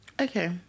Okay